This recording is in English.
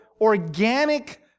organic